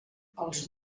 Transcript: als